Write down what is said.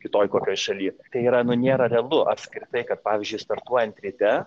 kitoj kokioj šalyj tai yra nu nėra realu apskritai kad pavyzdžiui startuojant ryte